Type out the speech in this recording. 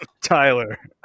Tyler